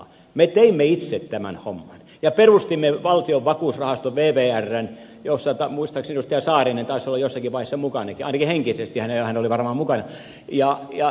me teimme itse tämän homman ja perustimme valtion vakuusrahaston vvrn jossa muistaakseni edustaja saarinen taisi olla jossakin vaiheessa mukana ainakin henkisesti hän oli varmaan mukana